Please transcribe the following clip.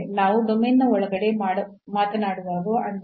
ನಾವು ಡೊಮೇನ್ ನ ಒಳಗಡೆ ಮಾತನಾಡುವಾಗ ಅಂದರೆ